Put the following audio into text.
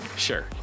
sure